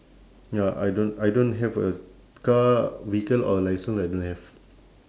ya I don't I don't have a car vehicle or license I don't have